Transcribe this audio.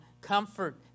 comfort